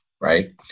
right